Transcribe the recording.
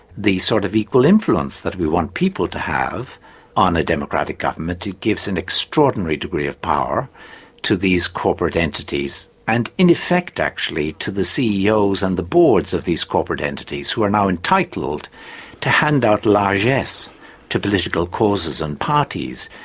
the sort of equal influence that we want people to have on a democratic government. it gives an extraordinary degree of power to these corporate entities, and in effect, actually, to the ceos and the boards of these corporate entities who are now entitled to hand out largess to political causes and parties,